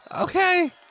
Okay